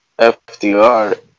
FDR